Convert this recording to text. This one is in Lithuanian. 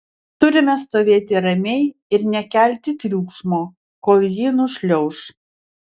turime stovėti ramiai ir nekelti triukšmo kol ji nušliauš